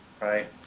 right